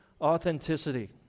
authenticity